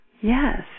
yes